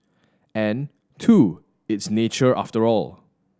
and two it's nature after all